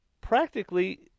practically